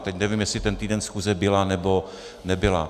Teď nevím, jestli ten týden schůze byla, nebo nebyla.